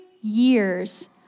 years